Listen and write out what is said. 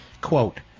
Quote